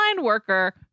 worker